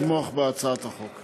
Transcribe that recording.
אני מבקש לתמוך בהצעת החוק.